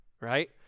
right